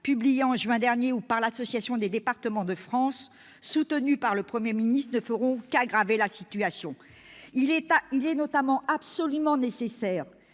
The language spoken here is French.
publié en juin dernier ou par l'Assemblée des départements de France, soutenue par le Premier ministre, ne feront qu'aggraver la situation. Il est notamment absolument nécessaire